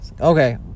Okay